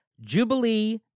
Jubilee